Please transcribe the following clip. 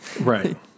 Right